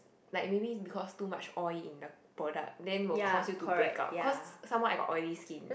like maybe because too much oil in the product then will cause you to break out cause some more I got oily skin